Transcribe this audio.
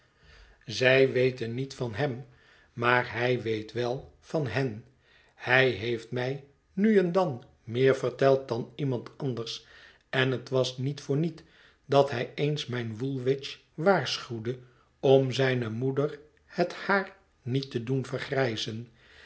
zij weten niet van hem maar hij weet wel van hen hij heeft mij nu en dan meer verteld dan iemand anders en het was niet voorniet dat hij eens mijn woolwich waarschuwde om zijne moeder het haar niet te doen vergrijzen